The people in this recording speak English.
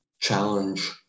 challenge